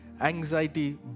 anxiety